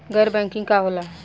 गैर बैंकिंग का होला?